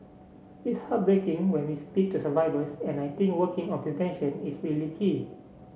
it's heartbreaking when we speak to survivors and I think working on prevention is really key